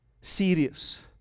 serious